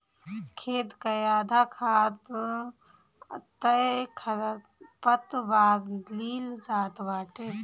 खेत कअ आधा खाद तअ खरपतवार लील जात बाटे